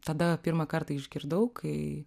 tada pirmą kartą išgirdau kai